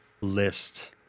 list